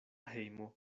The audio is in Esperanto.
hejmo